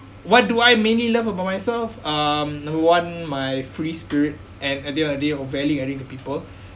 what do I mainly love about myself um the one my free spirit at at the end of the day or value adding to people